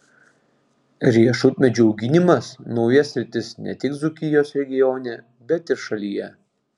riešutmedžių auginimas nauja sritis ne tik dzūkijos regione bet ir šalyje